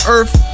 Earth